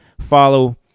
follow